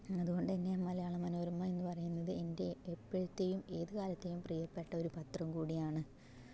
അതുകൊണ്ട്തന്നെ മലയാള മനോരമ എന്ന് പറയുന്നത് എൻ്റെ എപ്പഴത്തേയും ഏത് കാലത്തേയും പ്രിയപ്പെട്ട ഒരു പത്രം കൂടിയാണ്